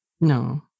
No